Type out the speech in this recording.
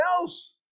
else